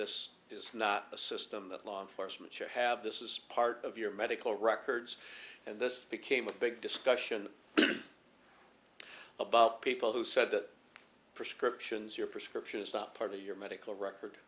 this is not a system that law enforcement should have this is part of your medical records and this became a big discussion about people who said that prescriptions your prescription is not part of your medical record